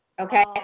Okay